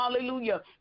hallelujah